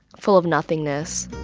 full of nothingness